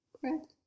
correct